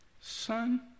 Son